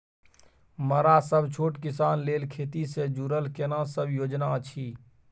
मरा सब छोट किसान लेल खेती से जुरल केना सब योजना अछि?